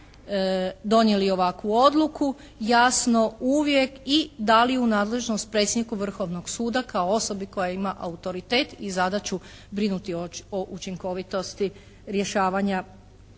donijeli ovakvu odluku. Jasno, uvijek i dali u nadležnost predsjedniku Vrhovnog suda kao osobi koja ima autoritet i zadaću brinuti o učinkovitosti rješavanja